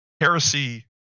Heresy